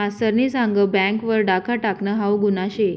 मास्तरनी सांग बँक वर डाखा टाकनं हाऊ गुन्हा शे